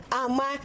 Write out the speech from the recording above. ama